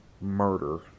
murder